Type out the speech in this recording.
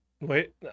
wait